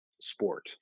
sport